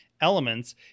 Elements